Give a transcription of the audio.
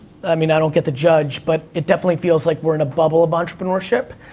i mean, i don't get to judge, but it definitely feels like we're in a bubble of entrepreneurship.